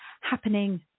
happening